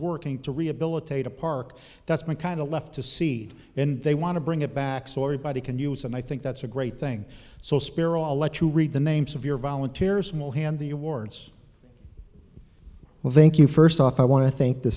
working to rehabilitate a park that's my kind of left to seed in they want to bring it back so everybody can use and i think that's a great thing so spira let you read the names of your volunteers will hand the awards well thank you first off i want to think the